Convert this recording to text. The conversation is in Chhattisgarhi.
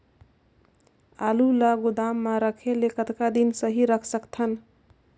आलू ल गोदाम म रखे ले कतका दिन सही रख सकथन?